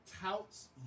touts